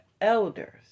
elders